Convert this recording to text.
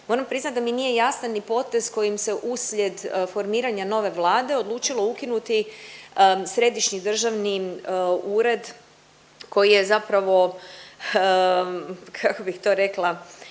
moram priznat da mi nije jasan ni potez kojim se uslijed formiranja nove Vlade odlučilo ukinuti Središnji državni ured koji je zapravo, kako bih to rekla,